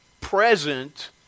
present